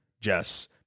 Jess